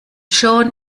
schon